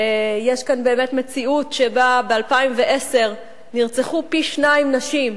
ויש כאן באמת מציאות שבה ב-2010 נרצחו פי-שניים נשים,